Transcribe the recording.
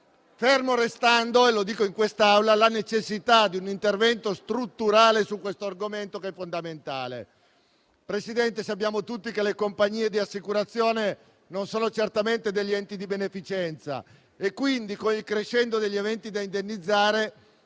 ferma restando la necessità di un intervento strutturale su questo argomento che è fondamentale. Presidente, sappiamo tutti che le compagnie di assicurazione non sono certamente degli enti di beneficenza e, quindi, con il crescendo degli eventi da indennizzare,